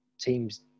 teams